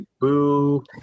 boo